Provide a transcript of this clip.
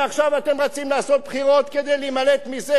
ועכשיו אתם רצים לעשות בחירות כדי להימלט מזה?